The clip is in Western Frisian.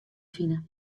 fine